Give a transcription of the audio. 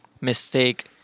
mistake